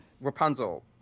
Rapunzel